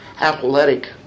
athletic